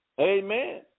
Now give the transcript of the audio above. Amen